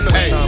Hey